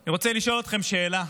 אני רוצה לשאול אתכם שאלה: